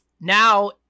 now